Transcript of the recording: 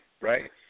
right